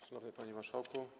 Szanowny Panie Marszałku!